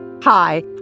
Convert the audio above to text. Hi